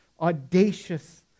audacious